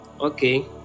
okay